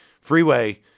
Freeway